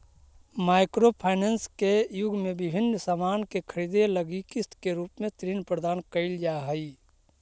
micro finance के युग में विभिन्न सामान के खरीदे लगी किस्त के रूप में ऋण प्रदान कईल जा हई